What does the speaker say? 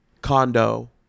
condo